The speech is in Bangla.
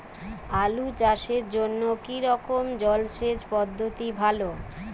আলু চাষের জন্য কী রকম জলসেচ পদ্ধতি ভালো?